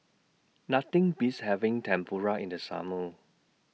Nothing Beats having Tempura in The Summer